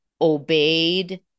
obeyed